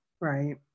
Right